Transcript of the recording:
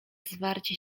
zwarcie